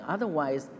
Otherwise